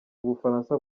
ubufaransa